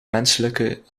menselijke